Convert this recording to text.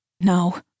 no